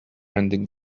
ending